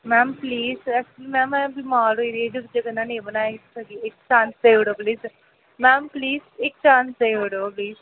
ma'am please ma'am में बीमार होई गेदी ही एह्दी बजह् कन्नै नेईं बनाई सकी इक चांस देई उड़ो प्लीज मैम प्लीज इक चांस देई उड़ो प्लीज